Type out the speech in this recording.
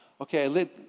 Okay